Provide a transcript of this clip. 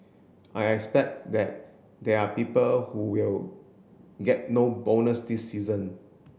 I expect that there are people who will get no bonus this season